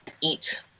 eat